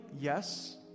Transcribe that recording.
Yes